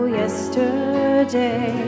yesterday